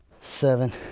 seven